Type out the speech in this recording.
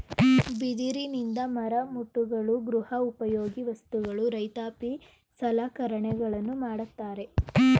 ಬಿದಿರಿನಿಂದ ಮರಮುಟ್ಟುಗಳು, ಗೃಹ ಉಪಯೋಗಿ ವಸ್ತುಗಳು, ರೈತಾಪಿ ಸಲಕರಣೆಗಳನ್ನು ಮಾಡತ್ತರೆ